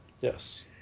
yes